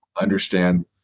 understand